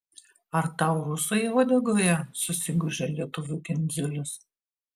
ar tau rusai uodegoje susigūžia lietuvių kindziulis